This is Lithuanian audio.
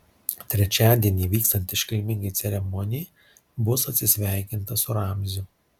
trečiadienį vykstant iškilmingai ceremonijai bus atsisveikinta su ramziu